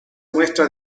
muestra